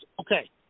Okay